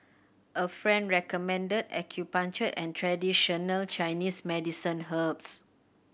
a friend recommended acupuncture and traditional Chinese medicine herbs